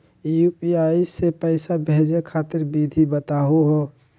UPI स पैसा भेजै खातिर विधि बताहु हो?